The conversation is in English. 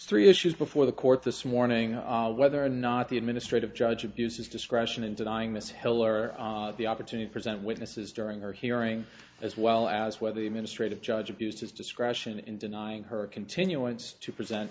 three issues before the court this morning on whether or not the administrative judge abused his discretion in denying this heller the opportunity present witnesses during her hearing as well as whether the administrative judge abused his discretion in denying her continuance to present